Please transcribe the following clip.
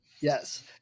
Yes